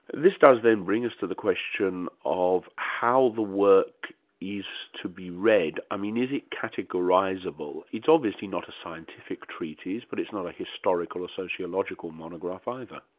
this does then bring us to the question of how the work is to be read. i mean, is it categorisable? it's obviously not a scientific treatise, but it's not a historical or sociological monograph either.